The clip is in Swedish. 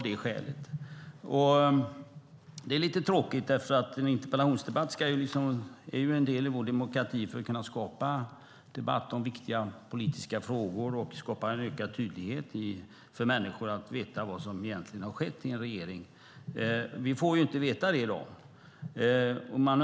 Det är lite tråkigt eftersom en interpellationsdebatt är en del i vår demokrati för att kunna skapa debatt om viktiga politiska frågor och skapa en ökad tydlighet för människor så att de får veta vad som egentligen har skett i en regering. Vi får inte veta det i dag.